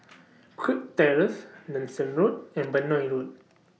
Kirk Terrace Nanson Road and Benoi Road